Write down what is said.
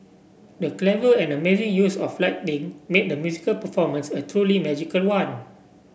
the clever and amazing use of lighting made the musical performance a truly magical one